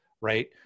right